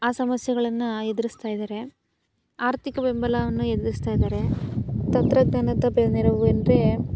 ಆ ಸಮಸ್ಯೆಗಳನ್ನು ಎದುರಿಸ್ತಾ ಇದ್ದಾರೆ ಆರ್ಥಿಕ ಬೆಂಬಲವನ್ನು ಎದುರಿಸ್ತಾ ಇದ್ದಾರೆ ತಂತ್ರಜ್ಞಾನದ ನೆರವು ಎಂದರೆ